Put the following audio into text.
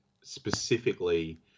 specifically